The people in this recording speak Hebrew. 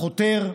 חותר,